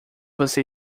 você